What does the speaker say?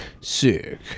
Sick